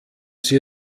sie